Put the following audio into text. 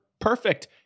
Perfect